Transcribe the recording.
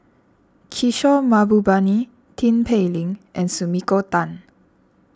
Kishore Mahbubani Tin Pei Ling and Sumiko Tan